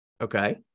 Okay